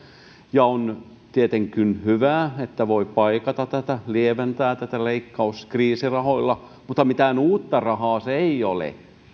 on tietenkin hyvä että voi paikata tätä lieventää tätä leikkauskriisirahoilla mutta mitään uutta rahaa se ei ole